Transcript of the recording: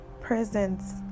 presence